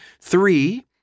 Three